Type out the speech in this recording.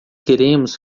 queremos